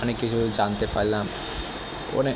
অনেক কিছু জানতে পারলাম অনেক